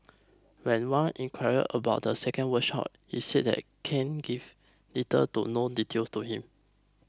when Wan inquired about the second workshop he said that Ken gave little to no details to him